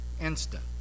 instant